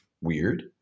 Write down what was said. weird